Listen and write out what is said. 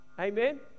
Amen